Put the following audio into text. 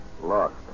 lost